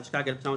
התשכ"ג-1963,